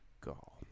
go